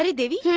and devi. yeah